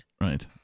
Right